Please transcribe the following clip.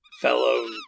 fellow